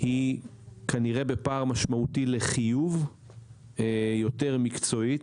היא כנראה בפער משמעותי לחיוב יותר מקצועית,